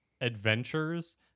adventures